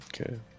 Okay